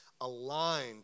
aligned